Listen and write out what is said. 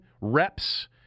reps